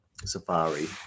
safari